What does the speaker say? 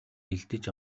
бэлдэж